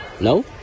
no